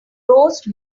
roast